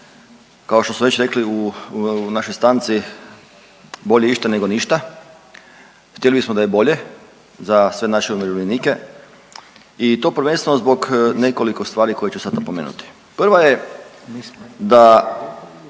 kao što su već rekli u našoj stanci, bolje išta nego ništa, htjeli bismo da je bolje za sve naše umirovljenike i to prvenstveno zbog nekoliko stvari koje ću sad napomenuti. Prva je da